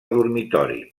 dormitori